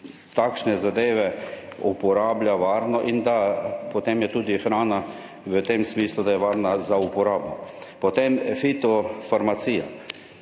takšne zadeve uporablja varno in da potem je tudi hrana v tem smislu, da je varna za uporabo. Potem fito farmacija